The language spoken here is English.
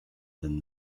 than